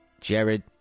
Jared